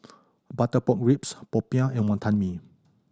butter pork ribs popiah and Wonton Mee